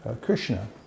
Krishna